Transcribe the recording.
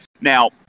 Now